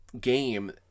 game